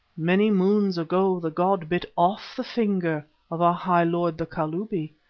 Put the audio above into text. many moons ago the god bit off the finger of our high lord, the kalubi.